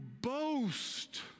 boast